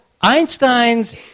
Einstein's